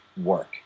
work